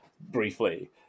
briefly